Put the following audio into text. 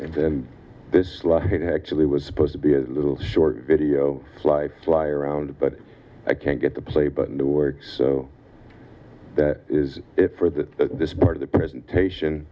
law actually was supposed to be a little short video fly fly around but i can't get the play button to work so that is it for the this part of the presentation